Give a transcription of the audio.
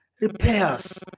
repairs